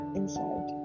inside